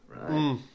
Right